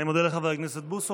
אני מודה לחבר הכנסת בוסו,